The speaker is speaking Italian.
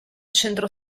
centro